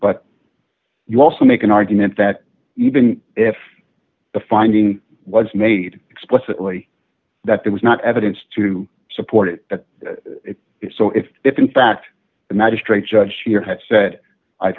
but you also make an argument that even if the finding was made explicitly that there was not evidence to support it that is so if if in fact the magistrate judge here had said i've